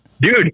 Dude